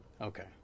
Okay